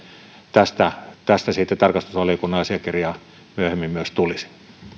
tästä tästä tarkastusvaliokunnan asiakirjaan myöhemmin myös tulisi